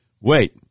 Wait